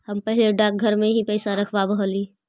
हम पहले डाकघर में ही पैसा रखवाव हली